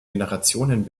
generationen